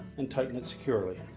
and tighten it securely.